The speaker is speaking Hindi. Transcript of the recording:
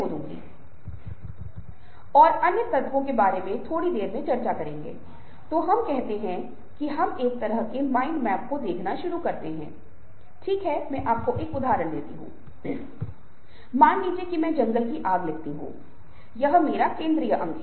मल्टीमीडिया का अर्थ अन्तरक्रियाशीलता की क्षमता भी है यह हाल की तरह की मल्टीमीडिया है जिसे हम देख रहे हैं और यह फिर से एक महत्वपूर्ण भूमिका निभाएगा और जैसा कि मैंने आपको पहले बताया था कि हमारे पास एक छोटी स्मार्ट फ़ोन का उपयोग करके भी मल्टीमीडिया बनाने की क्षमता है